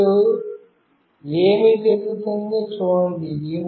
ఇప్పుడు ఏమి జరిగిందో చూడండి